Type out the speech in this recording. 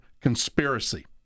conspiracy